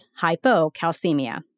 hypocalcemia